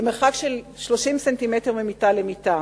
במרחק של 30 סנטימטר ממיטה למיטה.